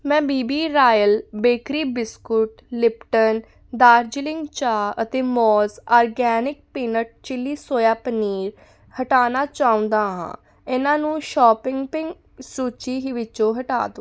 ਮੈਂ B B Royal bakery biscuit Lipton Darjeeling ਚਾਹ ਅਤੇ ਮੌਜ਼ organic peanut chilli soya paneer ਹਟਾਉਣਾ ਚਾਹੁੰਦਾ ਹਾਂ ਇਹਨਾਂ ਨੂੰ ਸ਼ੋਪੀਪਿੰਗ ਸੂਚੀ ਹੀ ਵਿੱਚੋਂ ਹਟਾ ਦਿਉ